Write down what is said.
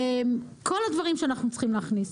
וכל הדברים שאנחנו צריכים להכניס.